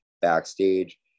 backstage